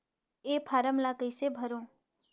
ये फारम ला कइसे भरो?